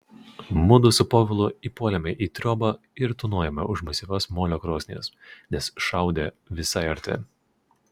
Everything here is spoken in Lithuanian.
mudu su povilu įpuolėme į triobą ir tūnojome už masyvios molio krosnies nes šaudė visai arti